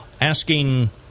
asking